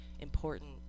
important